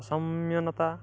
ଅସମାନତା